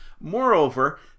moreover